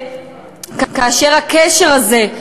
כאשר הקשר הזה,